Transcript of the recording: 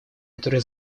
которые